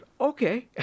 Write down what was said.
okay